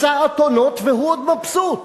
מצא אתונות והוא עוד מבסוט,